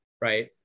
right